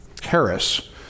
Harris